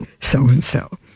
so-and-so